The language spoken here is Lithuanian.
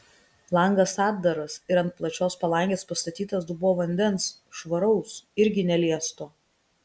langas atdaras ir ant plačios palangės pastatytas dubuo vandens švaraus irgi neliesto